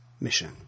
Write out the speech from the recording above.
mission